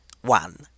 One